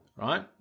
right